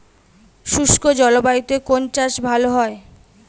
শুষ্ক জলবায়ুতে কোন চাষ ভালো হয়?